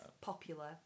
popular